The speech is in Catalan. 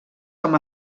com